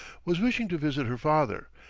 was wishing to visit her father,